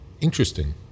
Interesting